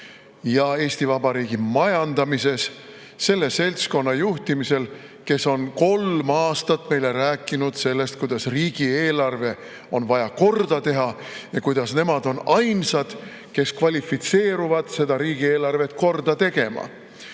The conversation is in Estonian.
ja Eesti Vabariigi majandamises selle seltskonna juhtimisel, kes on kolm aastat meile rääkinud, et riigieelarve on vaja korda teha ja nemad on ainsad, kes kvalifitseeruvad seda riigieelarvet korda tegema.Me